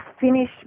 finish